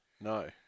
No